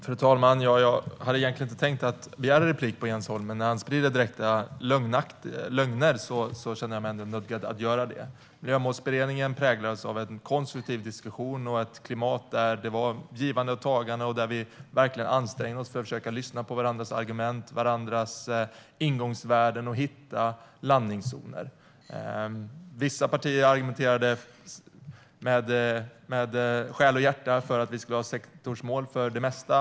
Fru talman! Jag hade egentligen inte tänkt begära replik på Jens Holm, men när han sprider direkta lögner känner jag mig ändå nödgad att göra det. Miljömålsberedningen präglades av en konstruktiv diskussion och ett klimat där det var ett givande och tagande och där vi verkligen ansträngde oss för att försöka lyssna på varandras argument och ingångsvärden och hitta landningszoner. Vissa partier argumenterade med själ och hjärta för att vi skulle ha sektorsmål för det mesta.